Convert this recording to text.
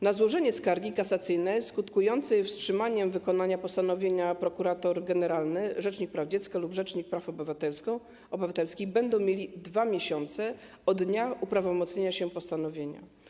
Na złożenie skargi kasacyjnej skutkującej wstrzymaniem wykonania postanowienia prokurator generalny, rzecznik praw dziecka lub rzecznik praw obywatelskich będą mieli 2 miesiące od dnia uprawomocnienia się postanowienia.